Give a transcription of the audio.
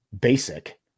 basic